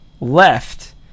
left